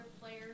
players